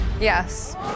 Yes